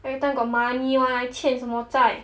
every time got money [one] 还欠什么债